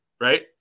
right